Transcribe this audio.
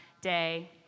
day